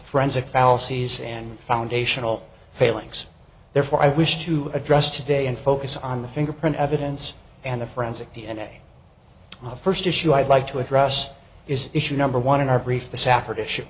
forensic fallacies and foundational failings therefore i wish to address today and focus on the fingerprint evidence and the forensic d n a the first issue i'd like to address is issue number one in our brief th